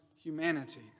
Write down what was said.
humanity